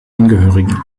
angehörigen